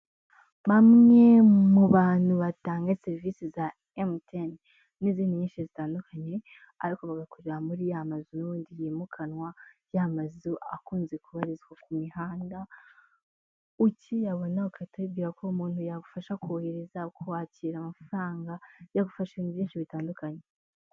Bamwe mu bantu batanga serivisi za MTN n'izindi nyinshi zitandukanye, ariko bagakorera muri ya mazu n'ubundi yimukanwa, ya mazu akunze kubarizwa ku mihanda, ukiyabona ugahita wibwira ko uwo muntu yagufasha kohereza, kwakira amafaranga, yagufasha ibintu byinshi bitandukanye.